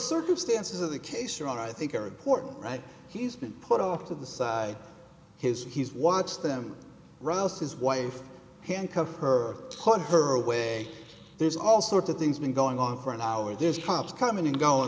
circumstances of the case are i think are important right he's been put off to the side his he's watched them rouse his wife handcuff her toward her away there's all sorts of things been going on for an hour there's cops coming and going